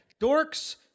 Dorks